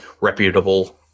reputable